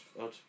odd